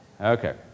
Okay